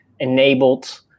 enabled